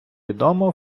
відома